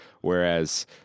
Whereas